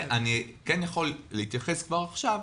יפה, אני כן יכול להתייחס ולומר כבר עכשיו,